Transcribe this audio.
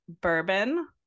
bourbon